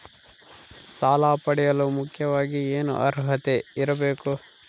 ಸಾಲ ಪಡೆಯಲು ಮುಖ್ಯವಾಗಿ ಏನು ಅರ್ಹತೆ ಇರಬೇಕು?